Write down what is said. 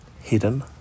Hidden